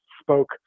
spoke